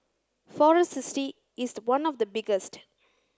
Forest City is one of the biggest